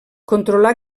controlar